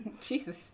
Jesus